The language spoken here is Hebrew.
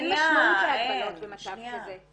אין משמעות להגבלות במצב כזה,